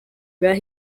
where